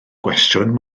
gwestiwn